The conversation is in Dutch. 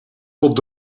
tot